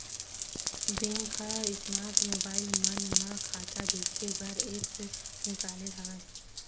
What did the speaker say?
bank ह smart mobile मन म खाता देखे बर ऐप्स निकाले हवय